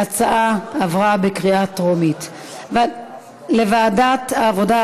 ההצעה עברה בקריאה טרומית לוועדת העבודה,